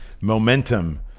momentum